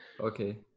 okay